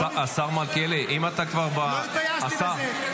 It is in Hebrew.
השר מלכיאלי, אם אתה כבר --- לא התביישתי בזה.